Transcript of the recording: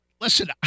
listen